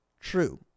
true